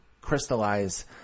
crystallize